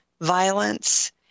Violence